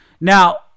Now